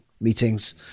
meetings